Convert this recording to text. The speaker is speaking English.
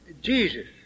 Jesus